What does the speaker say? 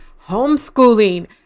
homeschooling